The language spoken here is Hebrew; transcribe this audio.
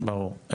ברור.